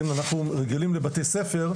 אנחנו רגילים לבתי ספר,